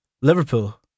Liverpool